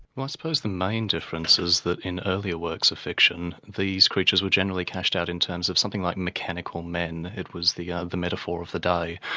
well i suppose the main difference is that in earlier works of fiction these creatures were generally cashed out in terms of something like mechanical men, it was the ah the metaphor of the day,